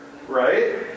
Right